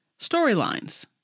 storylines